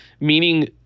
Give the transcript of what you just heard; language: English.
meaning